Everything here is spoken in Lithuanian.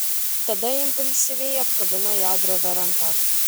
tada impulsyviai apkabino ją drovia ranka